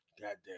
Goddamn